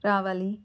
రావాలి